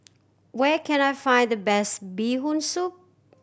where can I find the best Bee Hoon Soup